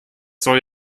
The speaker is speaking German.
soll